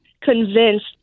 convinced